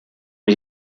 mit